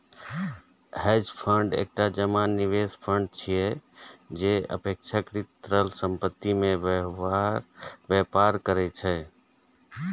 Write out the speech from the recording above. hedge fund एकटा जमा निवेश फंड छियै, जे अपेक्षाकृत तरल संपत्ति मे व्यापार करै छै